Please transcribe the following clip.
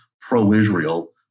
pro-Israel